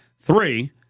three